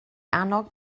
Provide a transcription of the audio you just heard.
annog